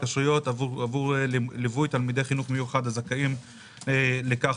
התקשרויות עבור ליווי תלמידי חינוך מיוחד הזכאים לכך